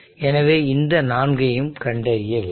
எனவே இந்த நான்கையும் கண்டறிய வேண்டும்